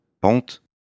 pente